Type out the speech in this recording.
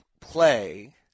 play